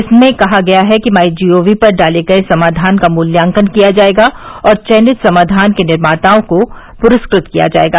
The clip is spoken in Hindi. इसमें कहा गया है कि माई जी ओ वी पर डाले गए समाधान का मूल्यांकन किया जाएगा और चयनित समाधान के निर्माताओं को पुरस्कृत किया जाएगा